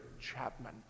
Chapman